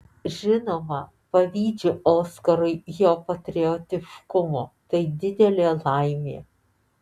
žinoma pavydžiu oskarui jo patriotiškumo tai didelė laimė